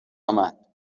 امد